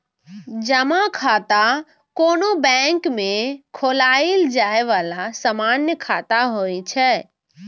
जमा खाता कोनो बैंक मे खोलाएल जाए बला सामान्य खाता होइ छै